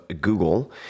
Google